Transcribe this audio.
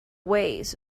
ways